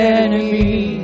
enemy